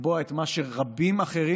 לקבוע את מה שרבים אחרים